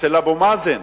אצל אבו מאזן.